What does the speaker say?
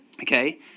Okay